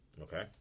Okay